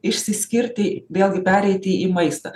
išsiskirti vėlgi pereiti į maistą